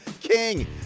King